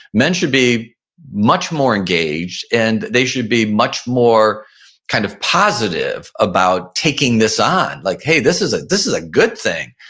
men should be much more engaged and they should be much more kind of positive about taking this on. like, hey, this is this is a good thing.